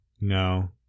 No